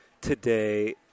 today